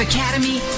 Academy